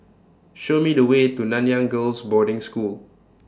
Show Me The Way to Nanyang Girls' Boarding School